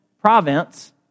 province